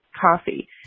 coffee